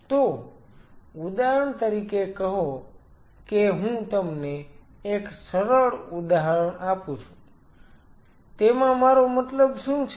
તો ઉદાહરણ તરીકે કહો કે હું તમને એક સરળ ઉદાહરણ આપું છું તેમાં મારો મતલબ શું છે